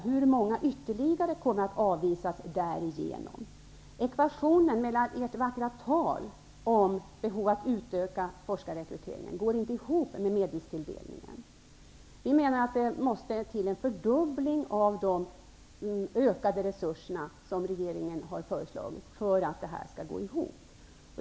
Hur många ytterligare kommer att avvisas? Ekvationen med ert vackra tal om behovet av att utöka rekryteringen till forskarutbildningen gentemot medelstilldelningen går inte ihop. Vi menar att det måste till en fördubbling av de ökade resurser som regeringen har föreslagit för att ekvationen skall gå ihop.